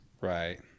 Right